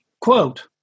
quote